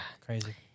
Crazy